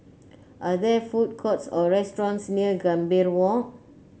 are there food courts or restaurants near Gambir Walk